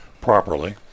properly